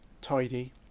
tidy